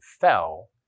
fell